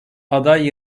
aday